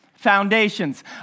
Foundations